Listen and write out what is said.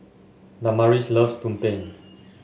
Damaris loves Tumpeng